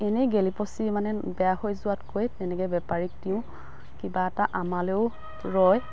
এনেই গেলি পচি মানে বেয়া হৈ যোৱাতকৈ তেনেকৈ বেপাৰীক দিওঁ কিবা এটা আমাৰলৈও ৰয়